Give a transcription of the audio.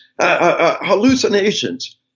hallucinations